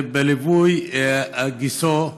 ובליווי גיסו.